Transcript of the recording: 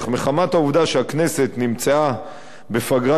אך מחמת העובדה שהכנסת נמצאה בפגרת